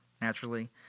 naturally